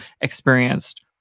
experienced